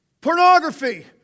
Pornography